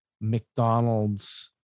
McDonald's